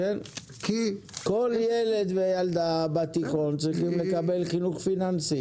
כל ילד וילדה בתיכון צריכים לקבל חינוך פיננסי.